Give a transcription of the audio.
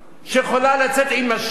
שיכולה לצאת עם משט